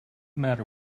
matter